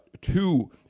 two